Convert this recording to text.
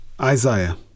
Isaiah